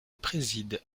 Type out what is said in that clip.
préside